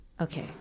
okay